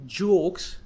jokes